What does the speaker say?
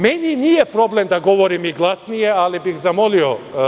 Meni nije problem da govorim i glasnije ali bih zamolio.